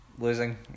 losing